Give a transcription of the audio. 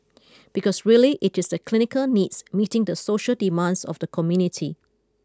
because really it is the clinical needs meeting the social demands of the community